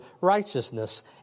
righteousness